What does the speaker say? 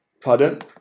Pardon